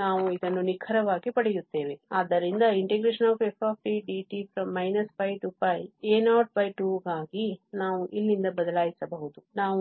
ನಾವು ಇದನ್ನು ನಿಖರವಾಗಿ ಪಡೆಯುತ್ತೇವೆ ಆದ್ದರಿಂದ ftdt a02 ಗಾಗಿ ನಾವು ಇಲ್ಲಿಂದ ಬದಲಾಯಿಸಬಹುದು